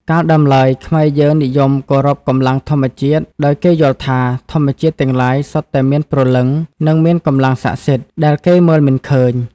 កាលដើមឡើយ ខ្មែរ យើងនិយមគោរពកម្លាំងធម្មជាតិ ដោយគេយល់ថា ធម្មជាតិទាំងឡាយសុទ្ធតែមាន ព្រលឹង និងមានកម្លាំងស័ក្តិសិទ្ធ ដែលគេមើលមិនឃើញ។